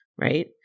right